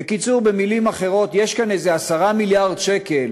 בקיצור, במילים אחרות, יש כאן איזה 10 מיליארד שקל